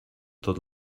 tot